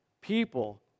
people